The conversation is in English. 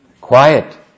quiet